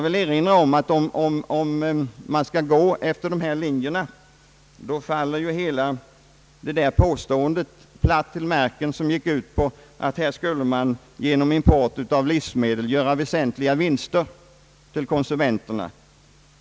Skall man följa dessa linjer faller hela det påstående platt till marken som gick ut på att man genom import av livsmedel skulle åstadkomma väsentliga vinster för konsumenterna.